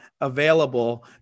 available